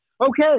Okay